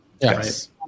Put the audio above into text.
Yes